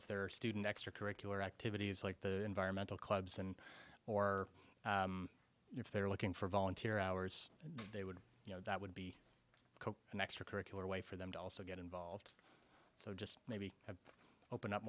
if there are student extracurricular activities like the environmental clubs and or if they are looking for volunteer hours they would you know that would be coke and extracurricular way for them to also get involved so just maybe have opened up